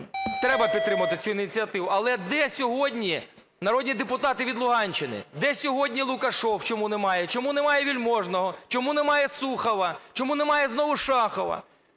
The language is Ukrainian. треба підтримати цю ініціативу. Але де сьогодні народні депутати від Луганщини? Де сьогодні Лукашев, чому немає? Чому немає Вельможного? Чому немає Сухова? Чому немає знову Шахова?